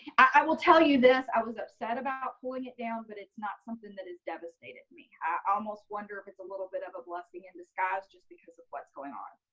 i will tell you this. i was upset about pulling it down but it's not something that has devastated me. i almost wonder if it's little bit of a blessing in disguise just because of what's going on.